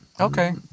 okay